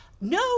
No